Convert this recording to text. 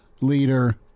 leader